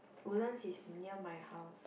Woodlands is near my house